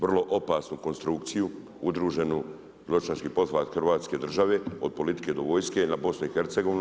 Vrlo opasnu konstrukciju, udruženu, zločinački pothvat Hrvatske države, od politike do vojske na BIH.